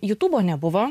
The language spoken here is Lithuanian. jutubo nebuvo